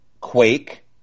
Quake